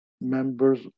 members